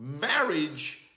marriage